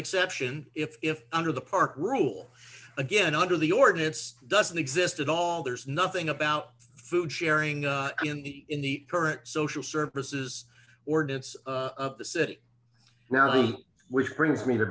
exception if under the park rule again under the ordinance doesn't exist at all there is nothing about food sharing in the current social services ordinance of the city now which brings me to